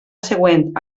següent